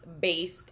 based